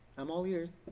i'm all ears.